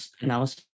analysis